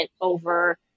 over